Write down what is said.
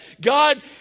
God